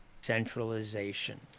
centralization